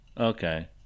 Okay